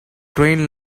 train